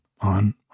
on